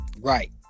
Right